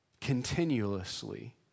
Continuously